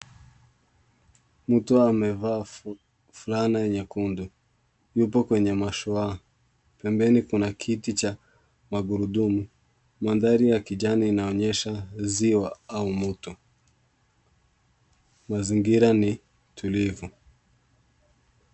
Mtu amevaa fulana nyekundu yupo kwenye mashwaa pembeni kuna kiti cha magurudumu. Mandhari ya kijani inaonyesha ziwa au mto. Mazingira ni tulivu.